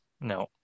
No